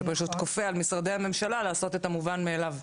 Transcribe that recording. שפשוט כופה על משרדי הממשלה לעשות את המובן מאליו.